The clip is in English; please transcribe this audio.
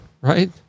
right